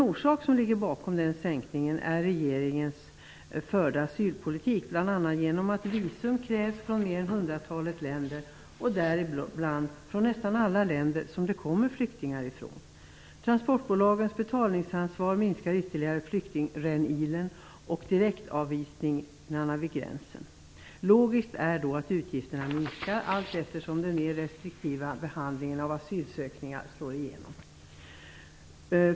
Orsaken till denna minskning är den av regeringen förda asylpolitiken, bl.a. genom att visum krävs från mer än hundratalet länder - däribland återfinns nästan alla länder från vilka det kommer flyktingar. Transportbolagens betalningsansvar minskar ytterligare flyktingrännilen och antalet direktavvisningar vid gränsen. Logiskt är därför att utgifterna minskar allteftersom den mera restriktiva behandlingen av asylansökningarna slår igenom.